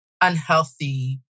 unhealthy